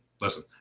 listen